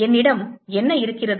என்னிடம் என்ன இருக்கிறது